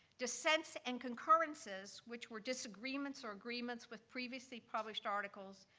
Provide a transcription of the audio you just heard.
dissents and concurrences which were disagreements or agreements with previously published articles,